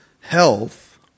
health